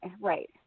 right